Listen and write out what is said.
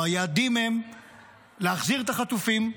או היעדים הם להחזיר את החטופים,